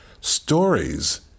stories